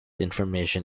information